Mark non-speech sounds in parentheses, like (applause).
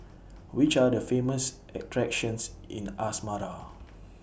(noise) Which Are The Famous attractions in Asmara